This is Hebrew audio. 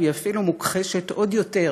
והיא אפילו מוכחשת עוד יותר